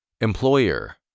Employer